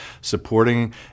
supporting